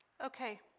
Okay